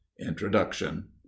introduction